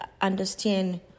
understand